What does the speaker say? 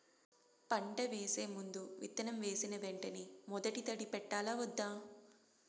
పంట వేసే ముందు, విత్తనం వేసిన వెంటనే మొదటి తడి పెట్టాలా వద్దా?